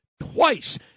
twice